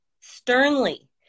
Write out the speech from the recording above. sternly